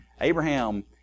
Abraham